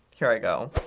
here i go.